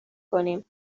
کنیم